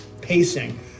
pacing